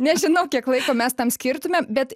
nežinau kiek laiko mes tam skirtume bet